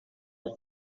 habt